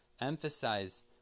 Emphasize